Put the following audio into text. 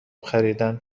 خریدن